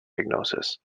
diagnosis